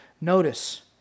Notice